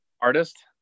artist